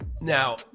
Now